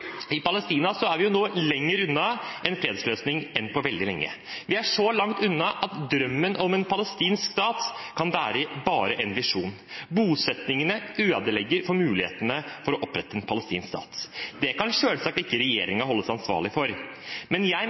er vi nå lenger unna en fredsløsning enn på veldig lenge. Vi er så langt unna at drømmen om en palestinsk stat bare kan være en visjon. Bosettingene ødelegger for mulighetene til å opprette en palestinsk stat. Det kan selvsagt ikke regjeringen holdes ansvarlig for, men jeg